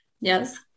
Yes